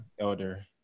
elder